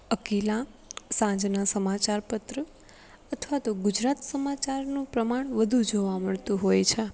અકીલા સાંજનાં સમાચાર પત્ર અથવા તો ગુજરાત સમાચારનું પ્રમાણ વધુ જોવા મળતું હોય છે